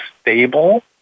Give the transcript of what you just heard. stable